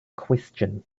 question